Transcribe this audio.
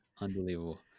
unbelievable